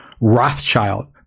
Rothschild